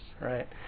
right